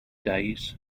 days